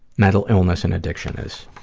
mental illness and addiction is.